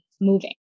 moving